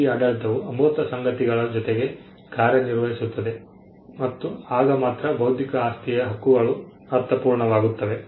ಈ ಆಡಳಿತವು ಅಮೂರ್ತ ಸಂಗತಿಗಳ ಜೊತೆಗೆ ಕಾರ್ಯನಿರ್ವಹಿಸುತ್ತದೆ ಮತ್ತು ಆಗ ಮಾತ್ರ ಬೌದ್ಧಿಕ ಆಸ್ತಿಯ ಹಕ್ಕುಗಳು ಅರ್ಥಪೂರ್ಣವಾಗುತ್ತವೆ